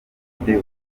afite